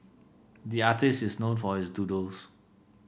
the artist is known for his doodles